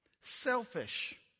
selfish